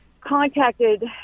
contacted